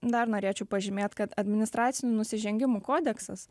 dar norėčiau pažymėt kad administracinių nusižengimų kodeksas